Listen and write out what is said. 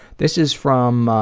this is from